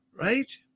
right